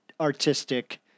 artistic